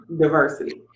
diversity